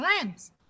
friends